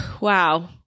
Wow